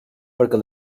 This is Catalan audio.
perquè